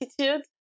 attitude